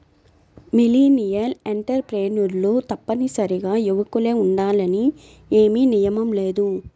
millennial ఎంటర్ప్రెన్యూర్లు తప్పనిసరిగా యువకులే ఉండాలని ఏమీ నియమం లేదు